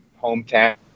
hometown